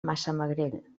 massamagrell